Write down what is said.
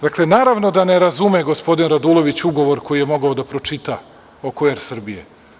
Dakle, naravno da ne razume gospodin Radulović ugovor koji je mogao da pročita oko „Er Srbije“